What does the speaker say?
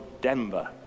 Denver